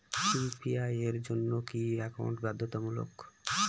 UPI এর জন্য কি একাউন্ট বাধ্যতামূলক?